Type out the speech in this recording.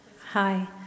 Hi